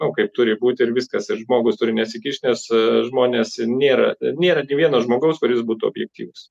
nu kaip turi būt ir viskas ir žmogus turi nesikišt nes žmonės nėra nėra nė vieno žmogaus kuris būtų objektyvus